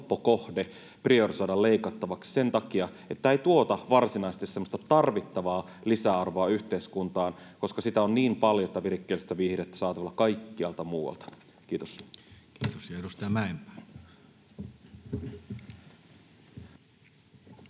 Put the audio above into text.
helppo kohde priorisoida leikattavaksi sen takia, että tämä ei tuota varsinaisesti semmoista tarvittavaa lisäarvoa yhteiskuntaan, koska sitä virikkeellistä viihdettä on niin paljon saatavilla kaikkialta muualta. — Kiitos.